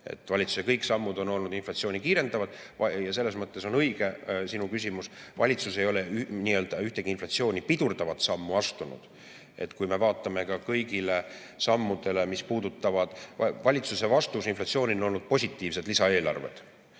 valitsuse sammud on olnud inflatsiooni kiirendavad ja selles mõttes on sinu küsimus õige. Valitsus ei ole ühtegi inflatsiooni pidurdavat sammu astunud. Kui me vaatame ka kõigile sammudele, siis valitsuse vastus inflatsioonile on olnud positiivsed lisaeelarved.